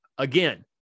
Again